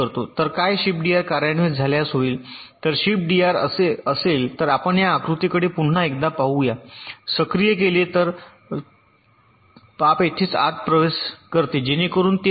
तर काय शिफ्टडीआर कार्यान्वित झाल्यास होईल जर शिफ्टडीआर असेल तर आपण या आकृतीकडे पुन्हा एकदा पाहूया सक्रिय केले तर पाप येथेच आत प्रवेश करते जेणेकरून तेच घडते